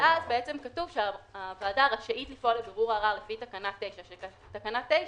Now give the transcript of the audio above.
כתוב שהוועדה רשאית לפעול לבירור הערר לפי תקנה 9. תקנה 9